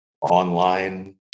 online